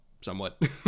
somewhat